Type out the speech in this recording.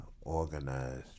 organized